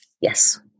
yes